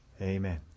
Amen